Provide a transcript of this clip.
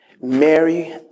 Mary